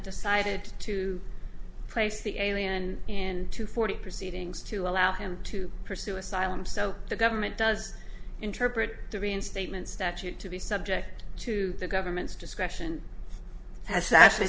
decided to place the a and in two forty proceedings to allow him to pursue asylum so the government does interpret the reinstatement statute to be subject to the government's discretion as actually